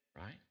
right